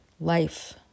life